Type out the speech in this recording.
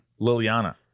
Liliana